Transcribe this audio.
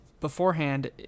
beforehand